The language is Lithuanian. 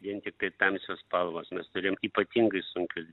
vien tiktai tamsios spalvos mes turim ypatingai sunkius